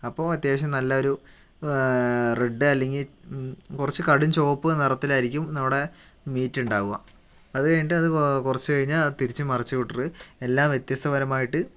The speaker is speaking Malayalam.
അപ്പോൾ അത്യാവശ്യം നല്ല ഒരു റെഡ് അല്ലെങ്കിൽ കുറച്ച് കടും ചുവപ്പ് നിറത്തിലായിരിക്കും നമ്മുടെ മീറ്റ് ഉണ്ടാവുക അതുകഴിഞ്ഞിട്ട് അത് കോ കുറച്ച് കഴിഞ്ഞാൽ തിരിച്ചും മറിച്ചും ഇട്ട് എല്ലാം വ്യത്യസ്ത പരമായിട്ട്